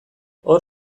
hor